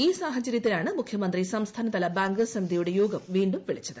ഈ സാഹചര്യത്തിലാണ് മുഖ്യമന്ത്രി സംസ്ഥാനതല ബാങ്കേഴ്സ് സമിതിയുടെ യോഗം വീണ്ടും വിളിച്ചത്